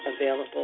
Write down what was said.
available